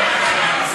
שאתה תענה.